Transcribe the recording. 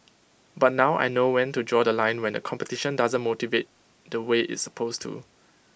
but now I know when to draw The Line when the competition doesn't motivate the way it's supposed to